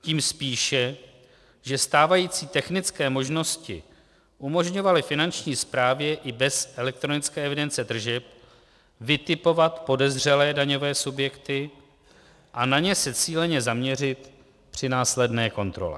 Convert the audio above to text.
Tím spíše, že stávající technické možnosti umožňovaly Finanční správě i bez elektronické evidence tržeb vytipovat podezřelé daňové subjekty a na ně se cíleně zaměřit při následné kontrole.